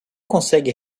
consegue